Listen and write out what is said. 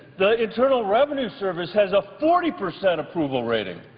the internal revenue service has a forty percent approval rating